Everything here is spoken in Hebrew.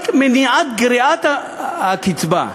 זו רק מניעת גריעת הקצבה.